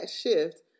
shift